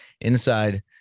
inside